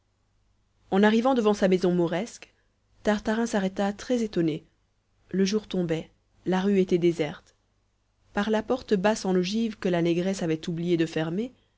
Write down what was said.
en arrivant devant sa maison mauresque tartarin s'arrêta très étonné le jour tombait la rue était déserte par la porte basse en ogive que la négresse avait oublie de fermer